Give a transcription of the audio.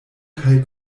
kaj